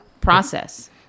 process